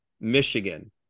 Michigan